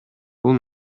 бул